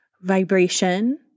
vibration